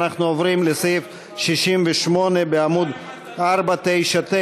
אנחנו עוברים לסעיף 68 בעמוד 499: